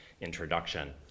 introduction